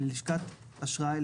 ללשכת אשראי,